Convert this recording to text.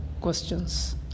questions